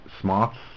smarts